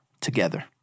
together